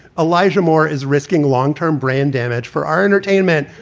alija moore is risking long term brand damage for our entertainment.